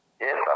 Yes